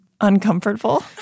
Uncomfortable